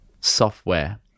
software